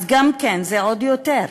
אז גם כן, זה עוד יותר,